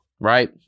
Right